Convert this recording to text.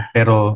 Pero